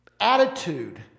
attitude